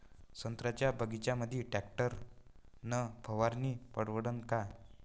संत्र्याच्या बगीच्यामंदी टॅक्टर न फवारनी परवडन का?